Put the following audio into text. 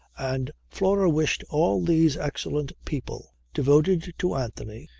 and flora wished all these excellent people, devoted to anthony,